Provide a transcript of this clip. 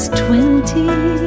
twenty